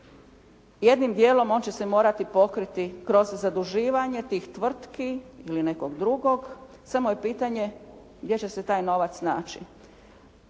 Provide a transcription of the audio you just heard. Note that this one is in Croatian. Jednim djelom on će se morati pokriti kroz zaduživanje tih tvrtki ili nekog drugog, samo je pitanje gdje će se taj novac naći.